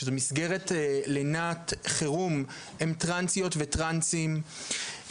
שזו מסגרת לינת חירום לטרנסיות וטרנסים.